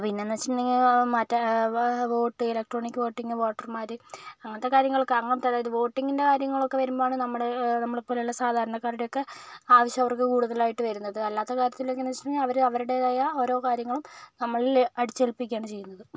പിന്നേന്നു വെച്ചിട്ടുണ്ടെങ്കിൽ ആ മറ്റെ വോട്ട് ഇലക്ട്രോണിക് വോട്ടിങ് വോട്ടർമാര് അങ്ങനത്തെ കാര്യങ്ങളൊക്കെ അങ്ങനത്തെ ഒരു വോട്ടിങ്ങിൻ്റെ കാര്യങ്ങളൊക്കെ വരുമ്പാഴാണ് നമ്മുടെ നമ്മളെ പോലുള്ള സാധാരണക്കാരുടെ ഒക്കെ ആവശ്യം അവർക്ക് കൂടുതലായിട്ട് വരുന്നത് അല്ലാത്ത കാര്യത്തിനെങ്ങനേന്ന് വെച്ചിട്ടുണ്ടെങ്കിൽ അവര് അവരുടേതായ ഓരോ കാര്യങ്ങളും നമ്മളില് അടിച്ചേൽപ്പിക്കുവാണ് ചെയ്യുന്നത്